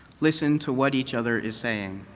listen to what each other is saying,